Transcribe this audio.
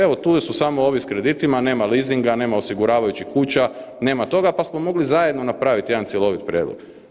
Evo, tu su samo ovi s kreditima, nema leasinga, nema osiguravajućih kuća, nema toga pa smo mogli zajedno napraviti jedan cjeloviti prijedlog.